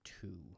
two